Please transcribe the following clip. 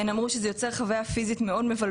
אבל המקרה שעדי סיפרה קרה בארץ,